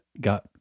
got